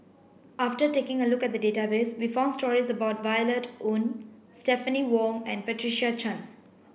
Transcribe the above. after taking a look at the database we found stories about Violet Oon Stephanie Wong and Patricia Chan